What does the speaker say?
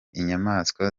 inyamaswa